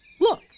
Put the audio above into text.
Look